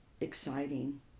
exciting